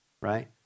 right